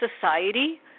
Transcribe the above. society